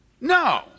No